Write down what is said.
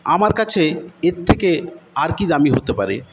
আমার কাছে এর থেকে আর কি দামি হতে পারে